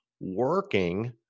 working